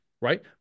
Right